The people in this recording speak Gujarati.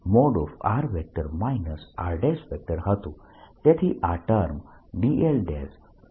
તેથી આ ટર્મ dl